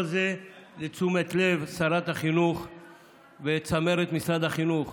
כל זה לתשומת לב שרת החינוך וצמרת משרד החינוך.